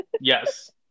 yes